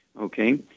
Okay